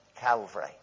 Calvary